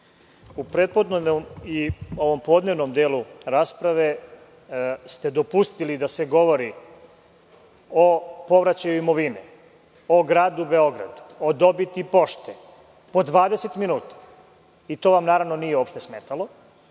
prepodnevnom i ovom podnevnom delu rasprave ste dopustili da se govori o povraćaju imovine, o gradu Beogradu, o dobiti pošte, po 20 minuta i to vam uopšte nije smetalo.